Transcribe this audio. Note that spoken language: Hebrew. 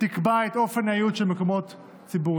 יקבע את אופן האיות של שמות מקומות ציבוריים.